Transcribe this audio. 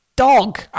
dog